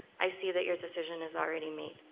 i see that your decision is already made.